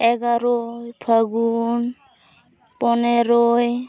ᱮᱜᱟᱨᱚ ᱯᱷᱟᱹᱜᱩᱱ ᱯᱚᱱᱮᱨᱚᱭ